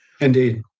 Indeed